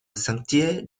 sentier